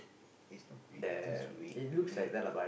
is weed I think it's weed weed